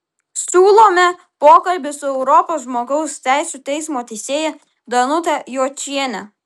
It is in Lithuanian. siūlome pokalbį su europos žmogaus teisių teismo teisėja danute jočiene